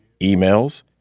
emails